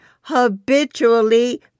habitually